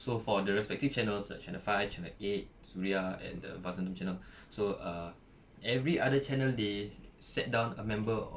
so for the respective channels like channel five channel eight suria and the vasantham channel so uh every other channel they set down a member of